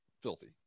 filthy